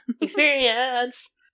Experience